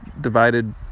divided